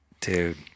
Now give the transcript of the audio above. dude